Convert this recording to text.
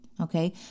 Okay